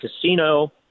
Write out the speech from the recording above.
casino